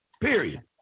Period